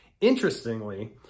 Interestingly